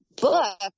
book